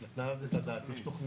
היא נתנה על זה את הדעת, יש תוכניות.